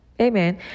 Amen